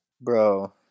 Bro